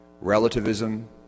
relativism